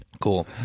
Cool